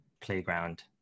playground